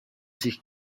sich